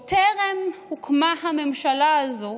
שעוד טרם הוקמה הממשלה הזו,